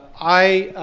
i